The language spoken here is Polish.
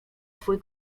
twój